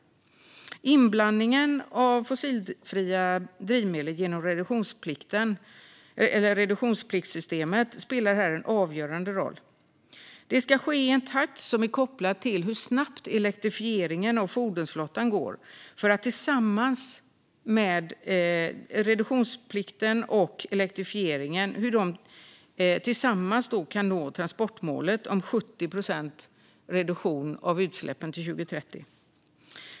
Inblandningen av fossilfria drivmedel genom reduktionspliktssystemet spelar här en avgörande roll. Detta ska ske i en takt som är kopplad till hur snabbt elektrifieringen av fordonsflottan går för att reduktionsplikten och elektrifieringen tillsammans ska nå transportmålet om 70 procents reduktion av utsläppen till 2030.